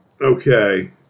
Okay